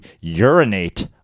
urinate